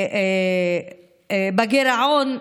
בגירעון,